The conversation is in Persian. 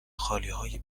خالیهای